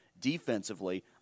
defensively